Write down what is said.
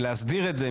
ולהסדיר את זה,